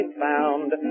found